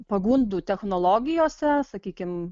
pagundų technologijose sakykim